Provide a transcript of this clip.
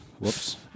Whoops